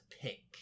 pick